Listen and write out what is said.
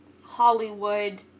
Hollywood